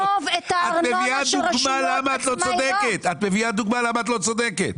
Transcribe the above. את מביאה דוגמה למה את לא צודקת.